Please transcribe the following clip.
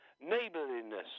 Neighbourliness